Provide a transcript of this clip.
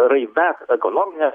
raida ekonominė